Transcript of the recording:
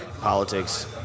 politics